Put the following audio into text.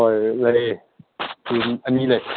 ꯍꯣꯏ ꯂꯩ ꯑꯅꯤ ꯂꯩ